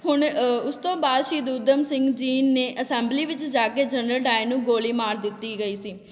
ਹੁਣ ਉਸ ਤੋਂ ਬਾਅਦ ਸ਼ਹੀਦ ਊਧਮ ਸਿੰਘ ਜੀ ਨੇ ਅਸੈਂਬਲੀ ਵਿੱਚ ਜਾ ਕੇ ਜਨਰਲ ਡਾਇਰ ਨੂੰ ਗੋਲੀ ਮਾਰ ਦਿੱਤੀ ਗਈ ਸੀ